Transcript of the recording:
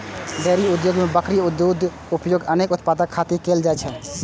dairy उद्योग मे बकरी दूधक उपयोग अनेक उत्पाद खातिर कैल जाइ छै